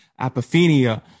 Apophenia